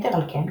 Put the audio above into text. יתר על כן,